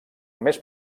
més